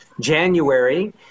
January